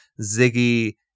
Ziggy